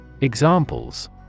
Examples